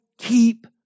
keep